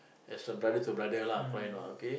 as a brother to brother lah fine or not okay